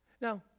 Now